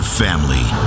family